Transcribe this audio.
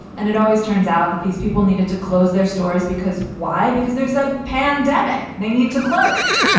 and it always turns out that these people needed to close their stores because. why? because there's a pandemic. they need to close